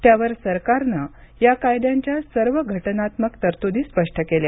त्यावर सरकारनं या कायद्यांच्या सर्व घटनात्मक तरतूदी स्पष्ट केल्या